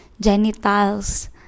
genitals